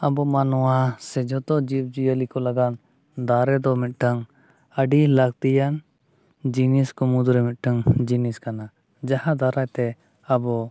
ᱟᱵᱚ ᱢᱟᱱᱣᱟ ᱥᱮ ᱡᱚᱛᱚ ᱡᱤᱵᱽᱼᱡᱤᱭᱟᱹᱞᱤ ᱠᱚ ᱞᱟᱹᱜᱤᱫ ᱫᱟᱨᱮ ᱫᱚ ᱢᱤᱫᱴᱟᱱ ᱟᱹᱰᱤ ᱞᱟᱹᱠᱛᱤᱭᱟᱱ ᱡᱤᱱᱤᱥ ᱠᱚ ᱢᱩᱫᱽᱨᱮ ᱢᱤᱫᱴᱟᱝ ᱡᱤᱱᱤᱥ ᱠᱟᱱᱟ ᱡᱟᱦᱟᱸ ᱫᱟᱨᱟᱭᱛᱮ ᱟᱵᱚ